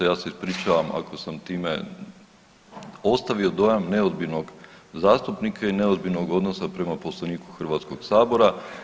Ja se ispričavam ako sam time ostavio dojam neozbiljnog zastupnika i neozbiljnog odnosa prema Poslovniku Hrvatskog sabora.